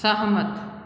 सहमत